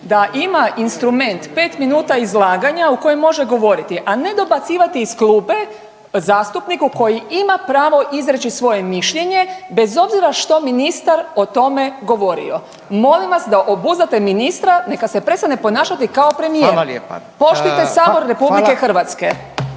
da ima instrument 5 minuta izlaganja u kojem može govoriti, a ne dobacivati iz klupe zastupniku koji ima pravo izreći svoje mišljenje bez obzira što ministar o tome govorio. Molim vas da obuzdate ministra, neka se prestane ponašati kao premijer. **Radin, Furio (Nezavisni)** Hvala